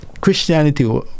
Christianity